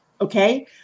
Okay